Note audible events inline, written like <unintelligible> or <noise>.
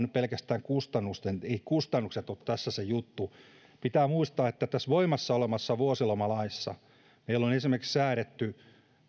<unintelligible> nyt pelkästään kustannukset ole se juttu pitää muistaa että voimassa olevassa vuosilomalaissa meillä on esimerkiksi säädetty